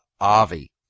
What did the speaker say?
Avi